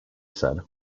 said